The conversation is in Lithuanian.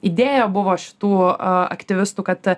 idėja buvo šitų aktyvistų kad